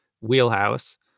wheelhouse